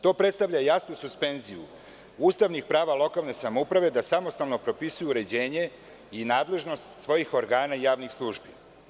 To predstavlja jasnu suspenziju ustavnih prava lokalne samouprave da samostalno propisuje uređenje i nadležnost svojih organa i javnih službi.